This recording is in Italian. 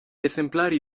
esemplari